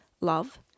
love